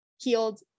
healed